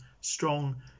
strong